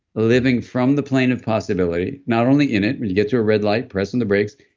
living from the plane of possibility. not only in it, when you get to a red light, pressing the brakes.